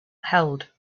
held